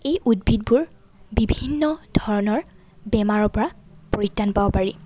এই উদ্ভিদবোৰ বিভিন্ন ধৰণৰ বেমাৰৰ পৰা পৰিত্ৰাণ পাব পাৰি